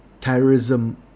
terrorism